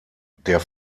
der